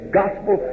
gospel